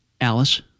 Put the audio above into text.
Alice